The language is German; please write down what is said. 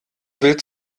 wild